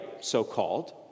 so-called